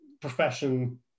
profession